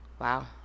Wow